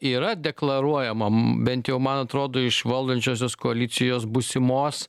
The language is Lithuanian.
yra deklaruojamam bent jau man atrodo iš valdančiosios koalicijos būsimos